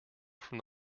from